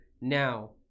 now